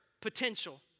potential